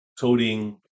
coding